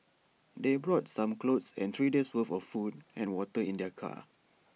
they brought some clothes and three days' worth of food and water in their car